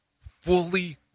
fully